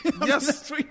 Yes